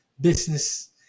business